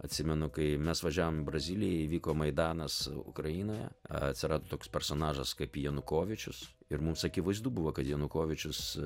atsimenu kai mes važiavom į braziliją įvyko maidanas ukrainoje atsirado toks personažas kaip janukovyčius ir mums akivaizdu buvo kad janukovyčius